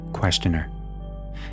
Questioner